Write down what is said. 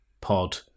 pod